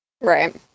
right